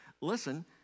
listen